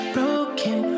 Broken